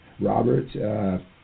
Robert